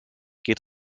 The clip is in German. geht